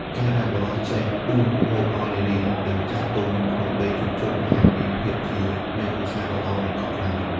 ការដែលបុរសចេះដួសម្ហូបឱ្យនារី និងចាស់ទុំក្នុងពេលជួបជុំ បង្ហាញពីភាពជាមេគ្រួសារដ៏ល្អ និងកក់ក្ដៅ។